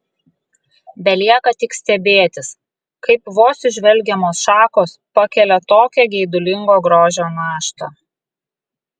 belieka tik stebėtis kaip vos įžvelgiamos šakos pakelia tokią geidulingo grožio naštą